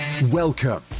Welcome